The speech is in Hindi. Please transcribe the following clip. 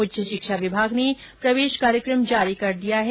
उच्च शिक्षा विभाग ने प्रवेश कार्यक्रम जारी कर दिया है